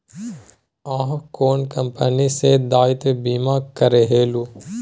अहाँ कोन कंपनी सँ दायित्व बीमा करेलहुँ